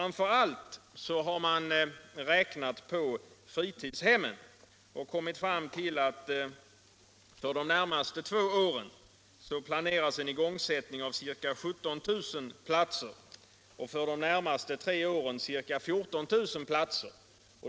Man har särskilt räknat på fritidshemmen och kommit fram till att för de närmaste två åren planeras igångsättning av ca 17 000 platser, för de följande tre åren ca 14 000 platser.